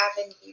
avenue